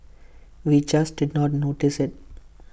we just did not notice IT